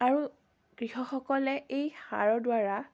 আৰু কৃষকসকলে এই সাৰৰ দ্বাৰা